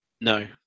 No